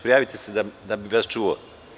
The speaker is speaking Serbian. Prijavite se da bih vas čuo.